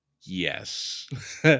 yes